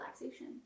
relaxation